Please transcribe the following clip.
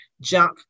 junk